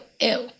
ew